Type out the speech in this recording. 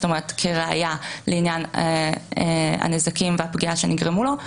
זאת אומרת כראיה לעניין הנזקים והפגיעה שנגרמו לו,